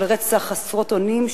של רצח חסרות אונים,